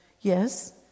Yes